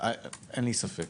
אין לי ספק,